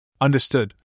Understood